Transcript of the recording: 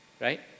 right